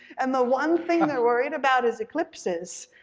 and the one thing they're worried about is eclipses.